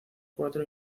cuatro